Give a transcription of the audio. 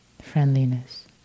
friendliness